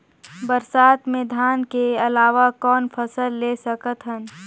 बरसात मे धान के अलावा कौन फसल ले सकत हन?